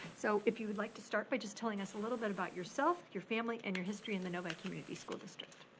so if you would like to start by just telling us a little bit about yourself, your family and your history in the novi community school district.